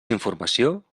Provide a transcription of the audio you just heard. informació